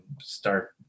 start